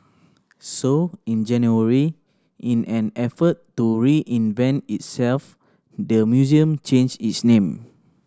so in January in an effort to reinvent itself the museum changed its name